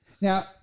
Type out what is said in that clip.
Now